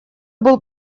был